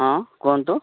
ହଁ କୁହନ୍ତୁ